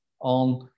on